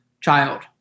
child